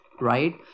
right